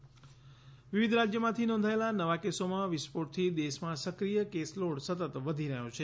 Covid નવા case વિવિધ રાજ્યોમાંથી નોંધાયેલા નવા કેસોમાં વિસ્ફોટથી દેશમાં સક્રિય કેસલોડ સતત વધી રહ્યો છે